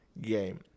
game